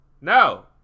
No